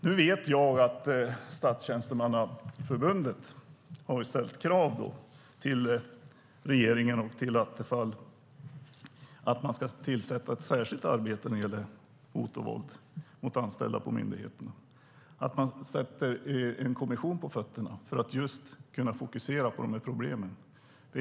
Nu vet jag att Statstjänstemannaförbundet har framfört krav till regeringen och till Attefall att man ska starta ett särskilt arbete när det gäller hot och våld mot anställda på myndigheterna och den sätter en kommission på fötterna för att kunna fokusera på de problemen.